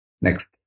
Next